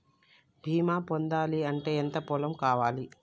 బీమా పొందాలి అంటే ఎంత పొలం కావాలి?